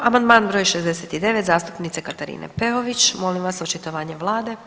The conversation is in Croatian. Amandman br. 69 zastupnice Katarine Peović, molim vas očitovanje vlade.